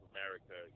America